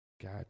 God